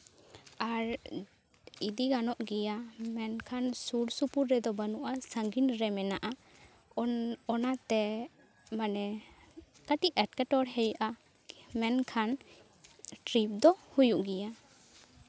ᱟᱨ ᱤᱫᱤ ᱜᱟᱱᱚᱜ ᱜᱮᱭᱟ ᱢᱮᱱᱠᱷᱟᱱ ᱥᱩᱨᱼᱥᱩᱯᱩᱨ ᱨᱮᱫᱚ ᱵᱟᱹᱱᱩᱜᱼᱟ ᱥᱟᱺᱜᱤᱧ ᱨᱮ ᱢᱮᱱᱟᱜᱼᱟ ᱚᱱᱟᱛᱮ ᱢᱟᱱᱮ ᱠᱟᱹᱴᱤᱡ ᱮᱸᱴᱠᱮᱴᱚᱲᱮ ᱦᱩᱭᱩᱜᱼᱟ ᱢᱮᱱᱠᱷᱟᱱ ᱴᱨᱤᱯ ᱫᱚ ᱦᱩᱭᱩᱜ ᱜᱮᱭᱟ